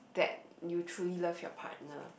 that you truly love your partner